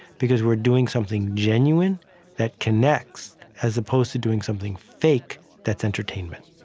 because we're doing something genuine that connects, as opposed to doing something fake that's entertainment